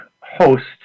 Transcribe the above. host